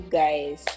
guys